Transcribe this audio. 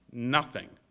nothing.